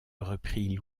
reprit